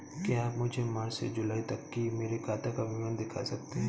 क्या आप मुझे मार्च से जूलाई तक की मेरे खाता का विवरण दिखा सकते हैं?